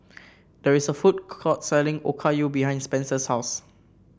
there is a food court selling Okayu behind Spencer's house